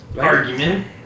argument